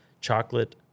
chocolate